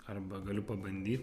arba galiu pabandyt